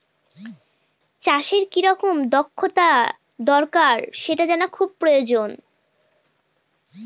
চাষের কি রকম দক্ষতা দরকার সেটা জানা খুবই প্রয়োজন